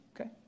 Okay